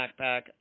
backpack